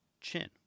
Chin